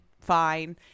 fine